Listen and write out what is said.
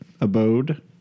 abode